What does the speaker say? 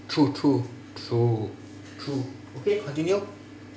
true true true true okay continue